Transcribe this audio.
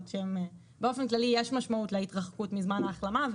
באופן כללי יש משמעות להתרחקות מזמן ההחלמה.